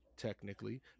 technically